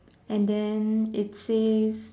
and then it says